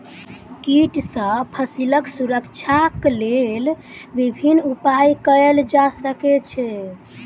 कीट सॅ फसीलक सुरक्षाक लेल विभिन्न उपाय कयल जा सकै छै